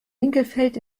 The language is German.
winkelfeld